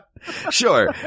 Sure